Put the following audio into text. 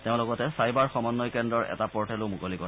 তেওঁ লগতে ছাইবাৰ সমন্নয় কেন্দ্ৰৰ এটা পৰ্টেলো মুকলি কৰে